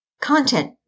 content